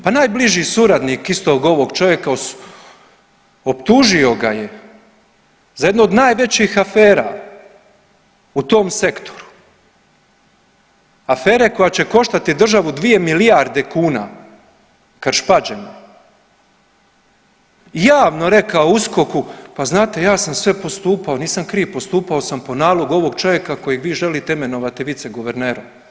Pa najbliži suradnik istog ovog čovjeka optužio ga je za jedno od najvećih afera u tom sektoru, afere koja će koštati državu dvije milijarde kuna Krš – Pađene javno rekao USKOK-u pa znate ja sam sve postupao, nisam kriv, postupao sam po nalogu ovog čovjeka kojeg vi želite imenovati viceguvernerom.